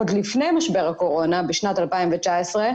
עוד לפני משבר הקורונה בשנת 2019,